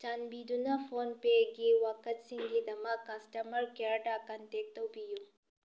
ꯆꯥꯟꯕꯤꯗꯨꯅ ꯐꯣꯟꯄꯦꯒꯤ ꯋꯥꯀꯠꯁꯤꯡꯒꯤꯗꯃꯛ ꯀꯁꯇꯃ꯭ꯔ ꯀꯤꯌ꯭ꯔꯗ ꯀꯟꯇꯦꯛ ꯇꯧꯕꯤꯌꯨ